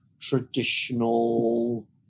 traditional